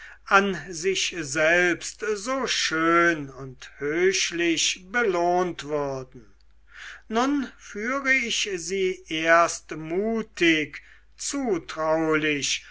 an sich selbst so schön und höchlich belohnt würden nun führe ich sie erst mutig zutraulich